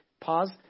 pause